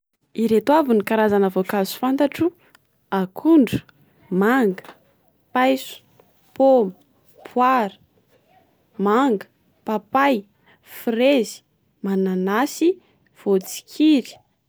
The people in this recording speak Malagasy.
Ireto avy ny karazana voankazo fantatro: akondro, manga, paiso, poma, poara, manga, papay, frezy mananasy, voatsikiry.